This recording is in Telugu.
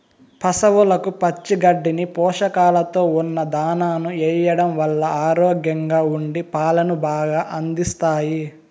పసవులకు పచ్చి గడ్డిని, పోషకాలతో ఉన్న దానాను ఎయ్యడం వల్ల ఆరోగ్యంగా ఉండి పాలను బాగా అందిస్తాయి